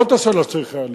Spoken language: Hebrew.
זאת השאלה שצריך היה לשאול.